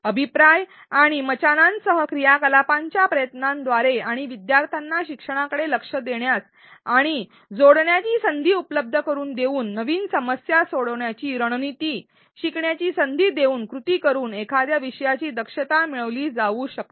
अभिप्राय आणि मचानांसह क्रियाकलापांच्या प्रयत्नांद्वारे आणि विद्यार्थ्यांना शिक्षणाकडे लक्ष देण्यास आणि जोडण्याची संधी उपलब्ध करुन देऊन आणि नवीन समस्या सोडवण्याची रणनीती शिकण्याची संधी देऊन कृती करून एखाद्या विषयाची दक्षता मिळविली जाऊ शकते